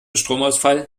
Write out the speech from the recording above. stromausfall